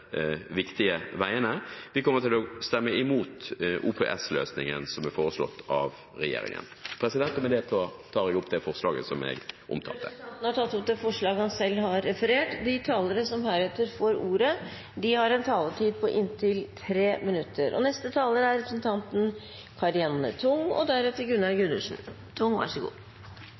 viktige veiene. Vi kommer til å stemme imot OPS-løsningen som er foreslått av regjeringen. Med det tar jeg opp forslag nr. 1, som jeg omtalte. Representanten Heikki Eidsvoll Holmås har tatt opp det forslaget han refererte til. De talere som heretter får ordet, har en taletid på inntil 3 minutter. Jeg tok i min replikkveksling med statsråden opp spørsmålet om hvorfor denne strekningen er